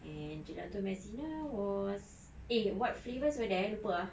and gelato messina was eh what flavours were there lupa ah